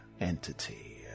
entity